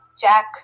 Jack